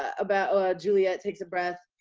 ah about juliet takes a breath.